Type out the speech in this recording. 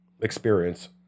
experience